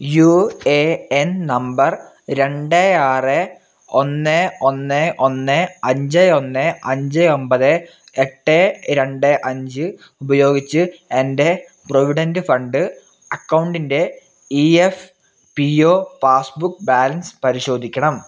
U A N number രണ്ട് ആറ് ഒന്ന് ഒന്ന് ഒന്ന് അഞ്ച് ഒന്ന് അഞ്ച് ഒൻപത് എട്ട് രണ്ട് അഞ്ച് ഉപയോഗിച്ച് എൻ്റെ പ്രൊവിഡൻറ്റ് ഫണ്ട് അക്കൗണ്ടിൻ്റെ E F P O passbook balance പരിശോധിക്കണം